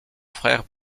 frère